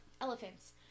elephants